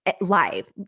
live